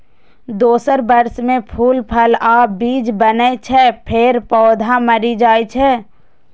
दोसर वर्ष मे फूल, फल आ बीज बनै छै, फेर पौधा मरि जाइ छै